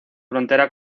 frontera